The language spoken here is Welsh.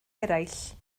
eraill